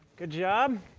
good job.